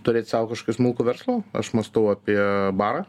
turėt savo kažkokį smulkų verslų aš mąstau apie barą